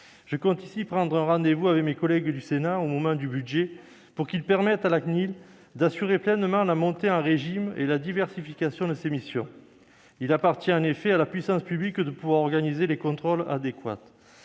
Je compte ici prendre rendez-vous avec mes collègues du Sénat au moment de la discussion du budget, pour qu'ils permettent à la CNIL d'assurer pleinement la montée en régime et la diversification de ses missions. Il appartient en effet à la puissance publique de pouvoir organiser les contrôles adéquats.